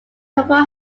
couple